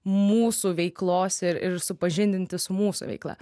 mūsų veiklos ir ir supažindinti su mūsų veikla